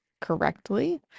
correctly